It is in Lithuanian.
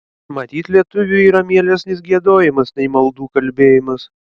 matyt lietuviui yra mielesnis giedojimas nei maldų kalbėjimas